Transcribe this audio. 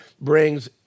brings